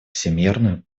всемерную